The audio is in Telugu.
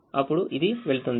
అప్పుడు ఇది వెళుతుంది